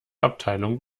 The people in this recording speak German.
abteilung